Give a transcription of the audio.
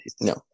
no